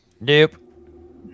Nope